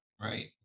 Right